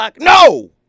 No